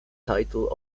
title